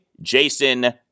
Jason